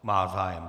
Má zájem.